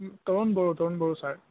Tarun Boro Tarun Boro sir